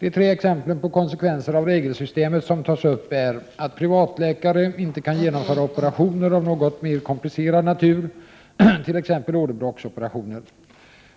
De tre exemplen på konsekvenser av regelsystemet som tas upp är att privatläkare inte kan genomföra operationer av något mer komplicerad natur, t.ex. åderbråcksoperationer,